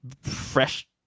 fresh